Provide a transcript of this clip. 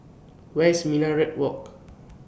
Where IS Minaret Walk